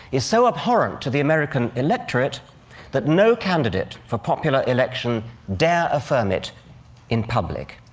is so abhorrent to the american electorate that no candidate for popular election dare affirm it in public.